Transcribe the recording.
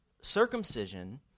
circumcision